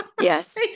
Yes